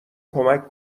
کمک